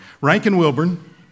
Rankin-Wilburn